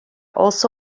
also